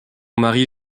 mari